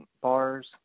bars